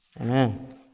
amen